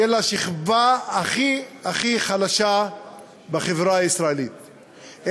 של השכבה הכי הכי חלשה בחברה הישראלית,